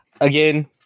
Again